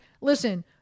listen